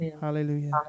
Hallelujah